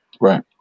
Right